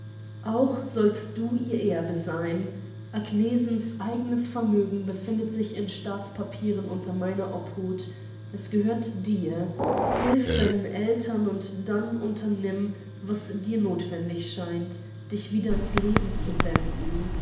auch sollst du ihr erbe sein agnesens eigenes vermögen befindet sich in staatspapieren unter meiner obhut es gehört dir hilf deinen eltern und dann unternimm was dir nothwendig scheint dich wieder in's leben zu wenden